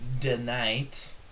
tonight